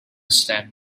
slam